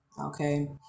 Okay